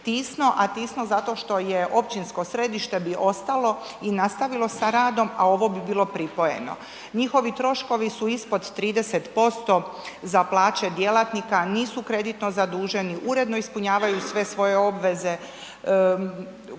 a Tisno zato što je općinsko središte bi ostalo i nastavilo sa radom, a ovo bi bilo pripojeno. Njihovi troškovi su ispod 30% za plaće djelatnika. Nisu kreditno zaduženi. Uredno ispunjavaju sve svoje obveze.